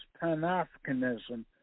pan-Africanism